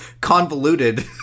convoluted